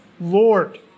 Lord